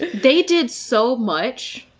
they did so much.